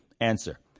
Answer